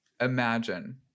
Imagine